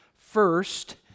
first